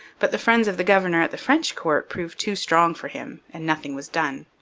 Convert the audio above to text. but the friends of the governor at the french court proved too strong for him and nothing was done.